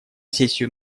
сессию